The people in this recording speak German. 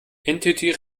entity